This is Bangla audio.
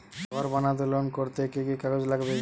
ঘর বানাতে লোন করতে কি কি কাগজ লাগবে?